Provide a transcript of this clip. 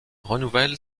renouvelle